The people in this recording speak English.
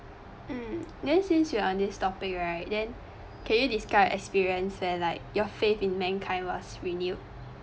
mm then since you are on this topic right then can you describe an experience where like your faith in mankind was renewed